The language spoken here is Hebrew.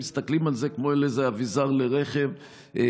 מסתכלים על זה כמו על איזה אביזר לרכב ולא